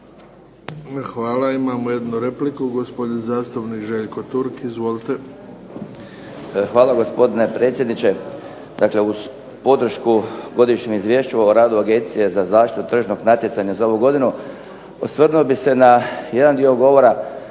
Hvala. Imamo jednu repliku, gospodin zastupnik Željko Turk. Izvolite. **Turk, Željko (HDZ)** Hvala gospodine predsjedniče. Dakle, uz podršku Godišnjem izvješću o radu Agencije za zaštitu tržišnog natjecanja za ovu godinu osvrnuo bih se na jedan dio govora